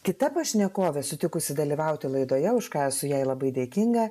kita pašnekovė sutikusi dalyvauti laidoje už ką esu jai labai dėkinga